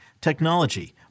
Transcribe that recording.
technology